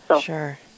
Sure